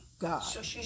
God